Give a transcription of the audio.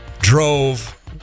drove